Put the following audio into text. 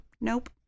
Nope